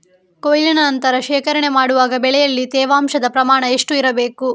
ಕೊಯ್ಲಿನ ನಂತರ ಶೇಖರಣೆ ಮಾಡುವಾಗ ಬೆಳೆಯಲ್ಲಿ ತೇವಾಂಶದ ಪ್ರಮಾಣ ಎಷ್ಟು ಇರಬೇಕು?